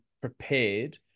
prepared